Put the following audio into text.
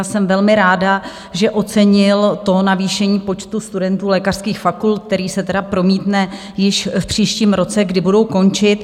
Jsem velmi ráda, že ocenil navýšení počtu studentů lékařských fakult, který se tedy promítne již v příštím roce, kdy budou končit.